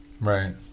Right